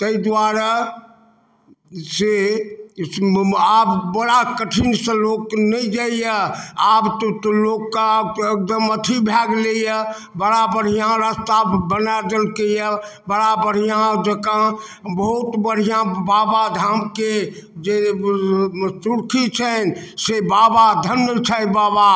ताहि दुआरेसँ आब बड़ा कठिनसँ लोक नहि जाइए आब तऽ लोकके आब तऽ एकदम अथी भऽ गेलैए बड़ा बढ़िआँ रस्ता बना देलकैए बड़ा बढ़िआँ जकाँ बहुत बढ़िआँ बाबाधामके जे चुरखी छनि से बाबा धन्य छथि बाबा